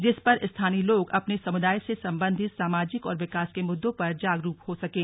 जिस पर स्थानीय लोग अपने समुदाय से संबंधित सामाजिक और विकास के मुद्दों पर जागरूक हो सकें